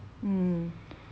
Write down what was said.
hmm